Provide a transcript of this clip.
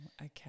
Okay